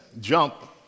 jump